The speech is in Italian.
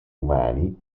umani